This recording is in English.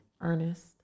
Ernest